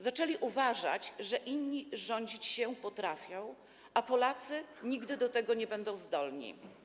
Zaczęli uważać, że inni rządzić się potrafią, a Polacy nigdy do tego nie będą zdolni.